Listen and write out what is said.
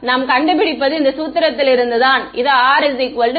நாம் கண்டுபிடிப்பது இந்த சூத்திரத்திலிருந்து தான் இது R 0